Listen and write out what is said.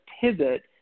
pivot